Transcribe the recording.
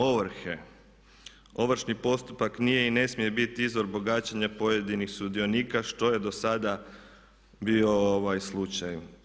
Ovrhe, ovršni postupak nije i ne smije biti izvor bogaćenja pojedinih sudionika što je do sada bio ovaj slučaj.